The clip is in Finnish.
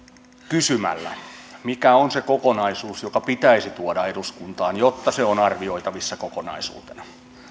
että kysyn mikä on se kokonaisuus joka pitäisi tuoda eduskuntaan jotta se on arvioitavissa kokonaisuutena